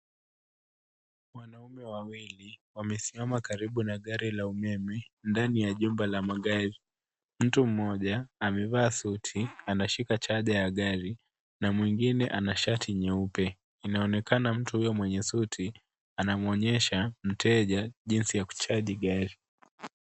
Wanaume wawili wamesimama karibu na gari la umeme ndani ya jumba la magari mtu mmoja amevaa suti anashika chaja ya gari na mwingine ana shati jeupe inaonekana mtu huyo mwenye suti anamwonyesha mteja jinsi ya kuchaji gari.